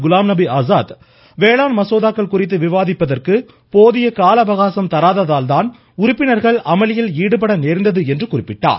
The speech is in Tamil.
குலாம்நபி ஆசாத் வேளாண் மசோதாக்கள் குறித்து விவாதிப்பதற்கு போதிய கால அவகாசம் தராததால் தான் உறுப்பினர்கள் அமளியில் ஈடுபட நேர்ந்தது என்று குறிப்பிட்டார்